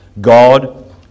God